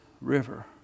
river